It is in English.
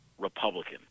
Republican